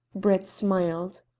brett smiled.